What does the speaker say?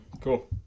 Cool